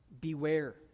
Beware